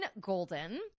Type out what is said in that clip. Golden